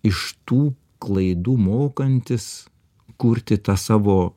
iš tų klaidų mokantis kurti tą savo